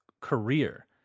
career